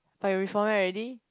but you reformat already